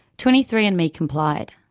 twenty three andme complied.